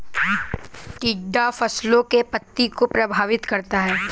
टिड्डा फसलों की पत्ती को प्रभावित करता है